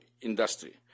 industry